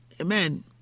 Amen